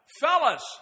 Fellas